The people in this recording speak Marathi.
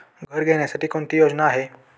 घर घेण्यासाठी कोणती योजना आहे?